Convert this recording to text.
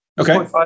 Okay